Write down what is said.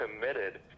committed